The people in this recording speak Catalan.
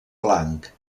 blanc